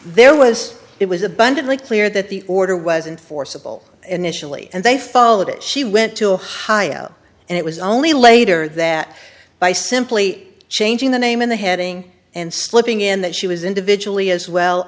there was it was abundantly clear that the order was in forcible initially and they followed it she went to ohio and it was only later that by simply changing the name in the heading and slipping in that she was individually as well